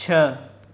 छह